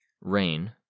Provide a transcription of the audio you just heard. Rain